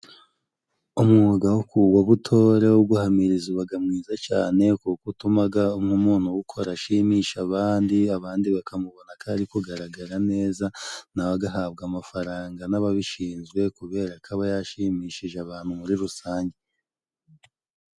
Umwuga wa butore wo guhamiriza ubaga mwiza cyane, kuko utumaga nk'umuntu uwukora ashimisha abandi. Abandi bakamubona ko ari kugaragara neza, nawe agahabwa amafaranga n'ababishinzwe, kubera ko aba yashimishije abantu muri rusange.